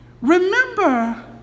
Remember